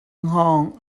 hngawng